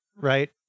right